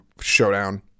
showdown